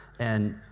and,